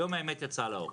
היום האמת יצאה לאור.